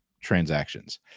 transactions